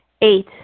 Eight